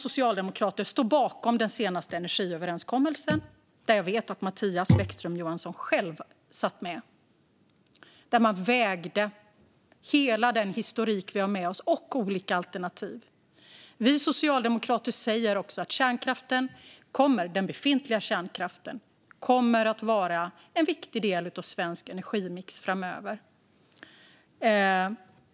Socialdemokraterna står bakom den senaste energiöverenskommelsen, där jag vet att Mattias Bäckström Johansson själv satt med och där man vägde hela den historik vi har med oss och olika alternativ. Vi socialdemokrater säger också att den befintliga kärnkraften kommer att vara en viktig del av den svenska energimixen framöver.